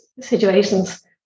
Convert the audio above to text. situations